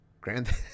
Grand